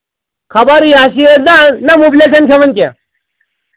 خبر یہِ آسہِ یہِ نہ نہ مُبلیل چھَنہٕ کھٮ۪وان کینہہ